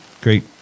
great